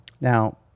Now